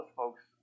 folks